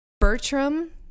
Bertram